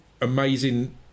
amazing